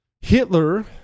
Hitler